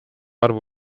arvu